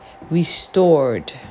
restored